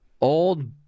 old